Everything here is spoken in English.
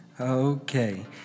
Okay